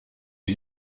est